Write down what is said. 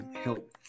help